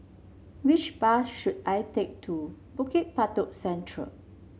which bus should I take to Bukit Batok Central